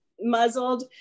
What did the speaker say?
muzzled